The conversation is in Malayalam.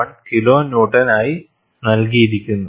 1 കിലോ ന്യൂട്ടൺ ആയി നൽകിയിരിക്കുന്നു